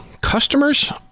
Customers